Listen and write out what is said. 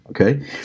Okay